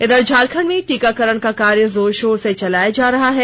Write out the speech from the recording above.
इधर झारखंड में टीकाकरण का कार्य जोर शोर से चलाया जा रहा है